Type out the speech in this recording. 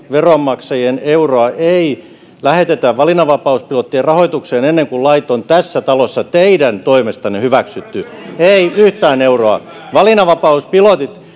veronmaksajien euroa ei lähetetä valinnanvapauspilottien rahoitukseen ennen kuin lait on tässä talossa teidän toimestanne hyväksytty ei yhtään euroa valinnanvapauspilotit